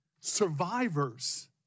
survivors